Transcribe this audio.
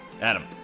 Adam